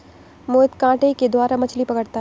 मोहित कांटे के द्वारा मछ्ली पकड़ता है